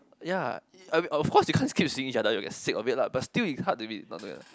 ya I mean of course you can't keep seeing each other you get sick of it lah but still it's hard to be not together